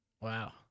Wow